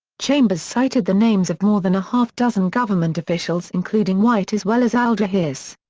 chambers cited the names of more than a half dozen government officials including white as well as alger hiss.